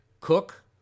Cook